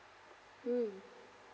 mm